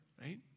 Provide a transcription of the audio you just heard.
right